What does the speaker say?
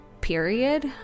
period